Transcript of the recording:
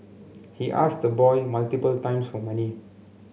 he asked the boy multiple times for money